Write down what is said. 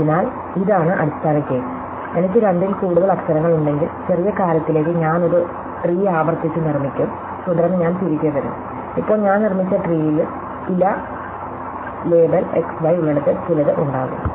അതിനാൽ ഇതാണ് അടിസ്ഥാന കേസ് എനിക്ക് രണ്ടിൽ കൂടുതൽ അക്ഷരങ്ങളുണ്ടെങ്കിൽ ചെറിയ കാര്യത്തിലേക്ക് ഞാൻ ഒരു വൃക്ഷം ആവർത്തിച്ച് നിർമ്മിക്കും തുടർന്ന് ഞാൻ തിരികെ വരും ഇപ്പോൾ ഞാൻ നിർമ്മിച്ച വൃക്ഷത്തിന് ഇല ലേബൽ x y ഉള്ളിടത്ത് ചിലത് ഉണ്ടാകും